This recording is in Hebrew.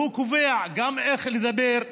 שהוא קובע גם איך לדבר,